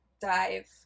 dive